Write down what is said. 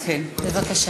בבקשה.